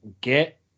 get